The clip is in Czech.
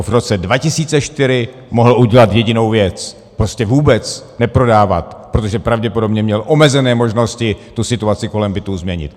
V roce 2004 mohl už dělat jedinou věc prostě vůbec neprodávat, protože pravděpodobně měl omezené možnosti tu situaci kolem bytů změnit.